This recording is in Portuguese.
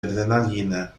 adrenalina